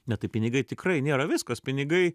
ne tai pinigai tikrai nėra viskas pinigai